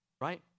right